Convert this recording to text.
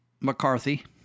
McCarthy